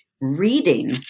reading